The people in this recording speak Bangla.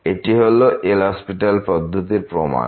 এটি হলো এল হসপিটাল পদ্ধতির প্রমাণ